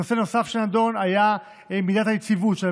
נושא נוסף שנדון במהלך דיוני הוועדה הוא מידת היציבות